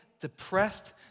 depressed